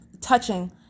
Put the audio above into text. touching